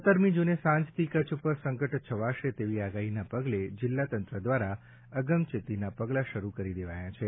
સતરમી જૂને સાંજથી કચ્છ ઉપર સંકટ છવાશે તેવી આગાહીને પગલે જિલ્લા તંત્ર દ્વારા અગમચેતીના પગલાં શરૂ કરી દેવાયા છે